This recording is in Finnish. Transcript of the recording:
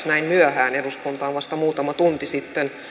näin myöhään eduskuntaan vasta muutama tunti sitten